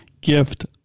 gift